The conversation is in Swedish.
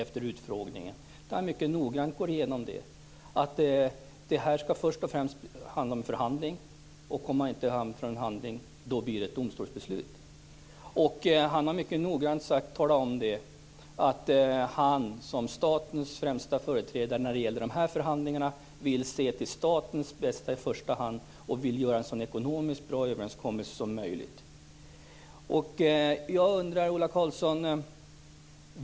Anders Sundström gick vid det tillfället mycket noggrant igenom att det först och främst skall handla om en förhandling och att det i andra hand blir fråga om ett domstolsbeslut. Han har också mycket noggrant talat om att han som statens främsta företrädare i de här förhandlingarna i första hand vill se till statens bästa och göra en ekonomiskt sett så bra överenskommelse som möjligt.